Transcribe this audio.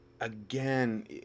Again